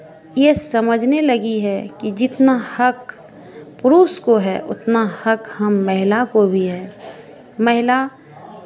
ये समझने लगी है कि जितना हक पुरुष को है उतना हक हम महिला को भी है महिला